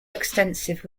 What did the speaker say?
extensive